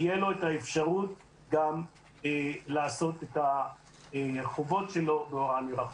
תהיה לו האפשרות גם לעשות את החובות שלו בהוראה מרחוק.